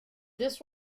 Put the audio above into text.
this